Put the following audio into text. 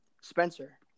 Spencer